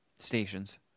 Stations